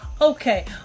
Okay